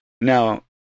Now